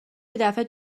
یدفعه